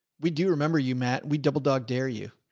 we do remember you, matt. we double dog. dare you.